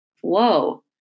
Whoa